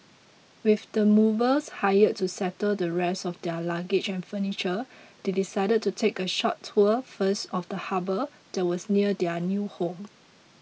with the movers hired to settle the rest of their luggage and furniture they decided to take a short tour first of the harbour that was near their new home